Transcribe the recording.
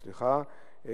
דנון, סליחה.